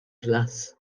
class